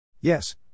Yes